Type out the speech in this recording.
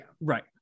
Right